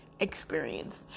experience